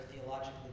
theologically